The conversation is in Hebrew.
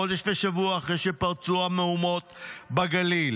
חודש ושבוע אחרי שפרצו המהומות בגליל